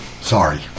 Sorry